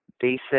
basic